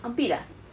armpit ah